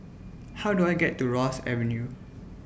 How Do I get to Ross Avenue